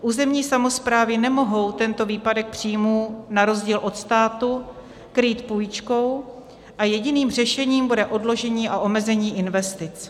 Územní samosprávy nemohou tento výpadek příjmů na rozdíl od státu krýt půjčkou a jediným řešením bude odložení a omezení investic.